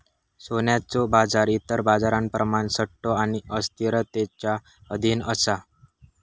सोन्याचो बाजार इतर बाजारांप्रमाण सट्टो आणि अस्थिरतेच्या अधीन असा